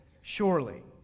surely